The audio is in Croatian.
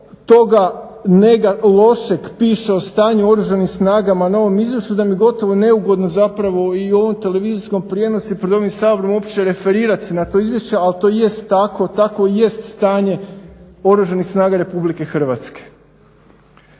Toliko toga lošeg piše o stanju u Oružanim snagama na ovom izvješću da mi je gotovo neugodno zapravo i u ovom televizijskom prijenosu i pred ovim Saborom uopće referirat se na to izvješće, ali to jest tako, tako jest stanje Oružanih snaga Republike Hrvatske.